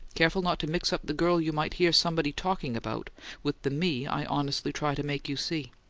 careful not to mix up the girl you might hear somebody talking about with the me i honestly try to make you see.